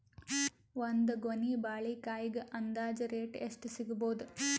ಒಂದ್ ಗೊನಿ ಬಾಳೆಕಾಯಿಗ ಅಂದಾಜ ರೇಟ್ ಎಷ್ಟು ಸಿಗಬೋದ?